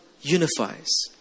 unifies